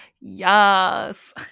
Yes